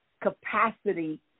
capacity